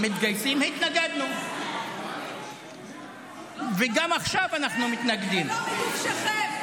לא מעוקצכם ולא מדבשכם.